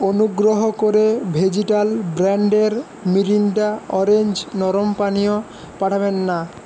অনুগ্রহ করে ভেজিটাল ব্র্যাণ্ডের মিরিণ্ডা অরেঞ্জ নরম পানীয় পাঠাবেন না